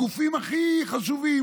הגופים הכי חשובים,